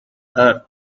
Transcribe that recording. earth